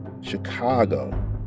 Chicago